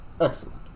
Excellent